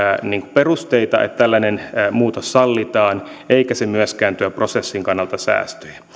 perusteita että tällainen muutos sallitaan eikä se myöskään tuo prosessin kannalta säästöjä